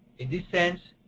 in this sense,